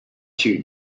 two